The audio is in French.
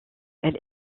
elle